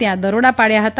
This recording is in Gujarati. ત્યાં દરોડા પાડવા હતા